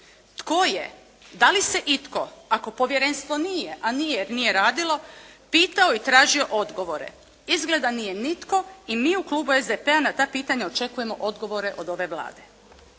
Tko je, da li se itko ako povjerenstvo nije a nije jer nije radilo pitao i tražio odgovore? Izgleda nije nitko i mi u klubu SDP-a na ta pitanja očekujemo odgovore od ove Vlade.